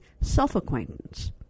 self-acquaintance